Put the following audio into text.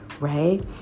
right